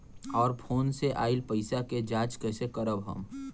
और फोन से आईल पैसा के जांच कैसे करब हम?